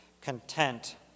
content